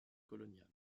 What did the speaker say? colonial